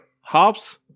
hops